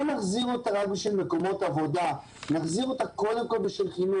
אחרת, אבוי לנו, נחזור שוב פעם לסגר שלישי.